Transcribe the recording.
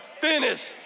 Finished